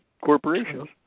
corporations